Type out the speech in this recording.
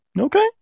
okay